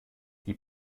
die